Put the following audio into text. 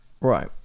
right